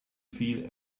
feel